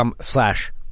slash